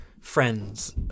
friends